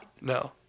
No